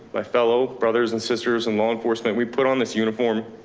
my fellow brothers and sisters in law enforcement, we put on this uniform,